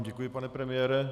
Děkuji vám, pane premiére.